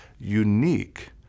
unique